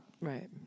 Right